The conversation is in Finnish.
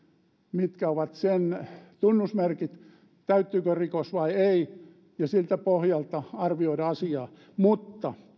mitkä ovat sen tunnusmerkit täyttyykö rikos vai ei ja siltä pohjalta arvioimaan asiaa mutta